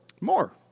More